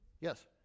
Yes